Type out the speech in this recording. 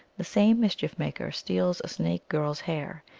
the same mischief maker steals a snake-girl s hair,